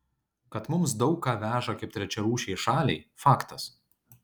kad mums daug ką veža kaip trečiarūšei šaliai faktas